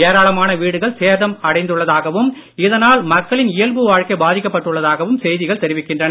ஏராளமான வீடுகள் சேதம் அடைந்துள்ளதாகவும் இதனால் மக்களின் இயல்பு வாழ்க்கை பாதிக்கப் பட்டுள்ளதாகவும் செய்திகள் தெரிவிக்கின்றன